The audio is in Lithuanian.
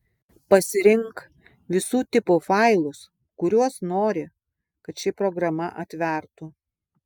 pasirink visų tipų failus kuriuos nori kad ši programa atvertų